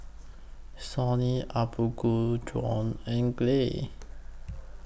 Sony Apgujeong and Gelare